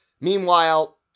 Meanwhile